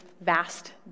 vast